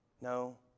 No